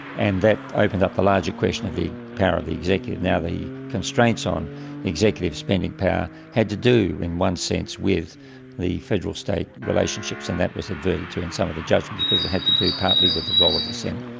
and that opened up the larger question of the power of the executive. now, the constraints on executive spending power had to do, in one sense, with the federal state relationships, and that was averted to in some of the judgments, because they had to do partly with the role of the senate.